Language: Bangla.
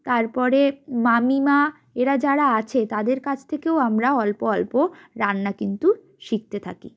তারপরে মামিমা এরা যারা আছে তাদের কাছ থেকেও আমরা অল্প অল্প রান্না কিন্তু শিখতে থাকি